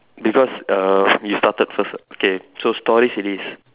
because uh you started first what okay so stories it is